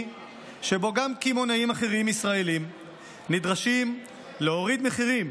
שבו גם קמעונאים ישראלים נדרשים להוריד מחירים